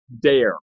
dare